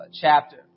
chapter